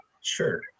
Sure